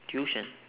tuition